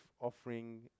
offering